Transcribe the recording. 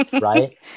right